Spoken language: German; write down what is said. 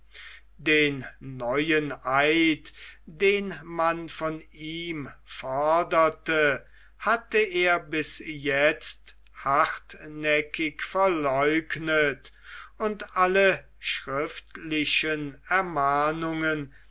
den neuen eid den man von ihm forderte hatte er bis jetzt hartnäckig verleugnet und alle schriftlichen ermahnungen